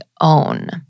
own